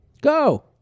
Go